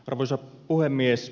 arvoisa puhemies